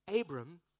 Abram